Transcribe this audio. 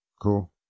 Cool